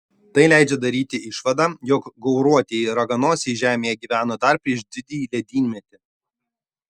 tai leidžia daryti išvadą jog gauruotieji raganosiai žemėje gyveno dar prieš didįjį ledynmetį